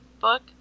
book